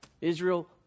Israel